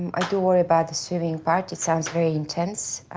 i do worry about the swimming part, it sounds very intense,